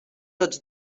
tots